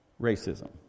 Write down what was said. Racism